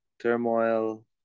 turmoil